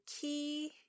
key